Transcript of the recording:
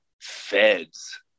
feds